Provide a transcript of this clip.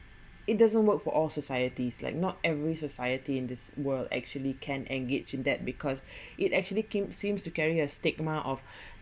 it doesn't work for all societies like not every society in this world actually can engage in that because it actually came seems to carry a stigma of